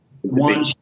One